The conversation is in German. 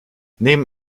neben